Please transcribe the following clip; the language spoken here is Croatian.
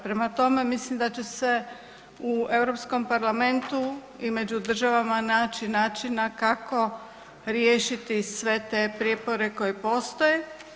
Prema tome, mislim da će se u Europskom parlamentu i među državama naći načina kako riješiti sve te prijepore koji postoje.